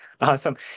Awesome